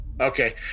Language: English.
Okay